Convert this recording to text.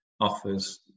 offers